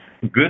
Good